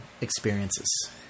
experiences